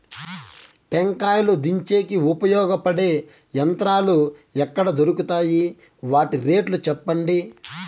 టెంకాయలు దించేకి ఉపయోగపడతాయి పడే యంత్రాలు ఎక్కడ దొరుకుతాయి? వాటి రేట్లు చెప్పండి?